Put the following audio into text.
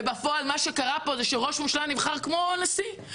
ובפועל מה שקרה פה הוא שראש הממשלה נחבר כמו נשיא.